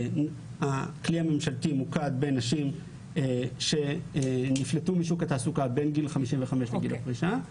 הכלי הממשלתי מוקד בנשים שנפלטו משוק התעסוקה בין גיל 55 לגיל הפרישה,